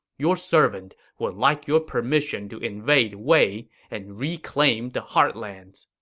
your servant would like your permission to invade wei and reclaim the heartlands.